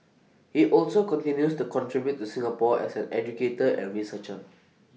he also continues to contribute to Singapore as an educator and researcher